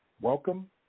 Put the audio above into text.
Welcome